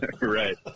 Right